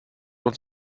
uns